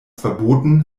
verboten